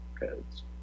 codes